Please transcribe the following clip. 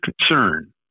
concern